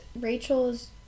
Rachel's